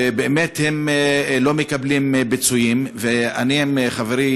ובאמת הם לא מקבלים פיצויים, ואני וחברי